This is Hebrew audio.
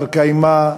בר-קיימא,